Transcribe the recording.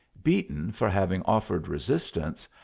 beaten for having offered resistance,